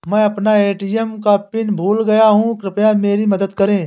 मैं अपना ए.टी.एम का पिन भूल गया हूं, कृपया मेरी मदद करें